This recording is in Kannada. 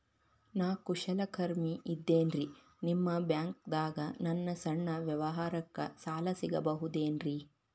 ನಾ ಕುಶಲಕರ್ಮಿ ಇದ್ದೇನ್ರಿ ನಿಮ್ಮ ಬ್ಯಾಂಕ್ ದಾಗ ನನ್ನ ಸಣ್ಣ ವ್ಯವಹಾರಕ್ಕ ಸಾಲ ಸಿಗಬಹುದೇನ್ರಿ?